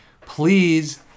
please